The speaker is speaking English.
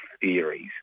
theories